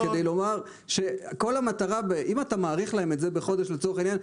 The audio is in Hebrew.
אם אתה מאריך להם את זה בחודש לצורך העניין,